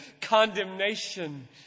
condemnation